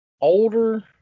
older